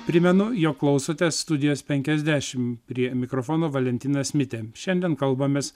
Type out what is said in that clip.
primenu jog klausote studijos penkiasdešimt prie mikrofono valentinas mitė šiandien kalbamės